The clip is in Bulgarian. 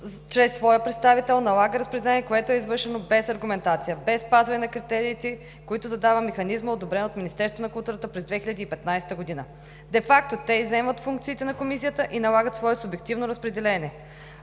чрез своя представител налага разпределение, което е извършено без аргументация, без спазване на критериите, които задава механизмът, одобрен от Министерството на културата през 2015 г. Де факто те изземат функциите на комисията и налагат свое субективно разпределение.